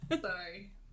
sorry